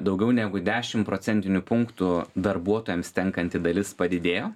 daugiau negu dešim procentinių punktų darbuotojams tenkanti dalis padidėjo